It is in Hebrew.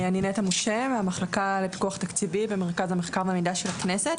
אני מן המחלקה לפיקוח תקציבי במרכז המחקר והמידע של הכנסת.